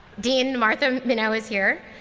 dean martha minow is here.